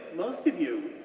most of you,